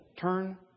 Turn